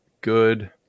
good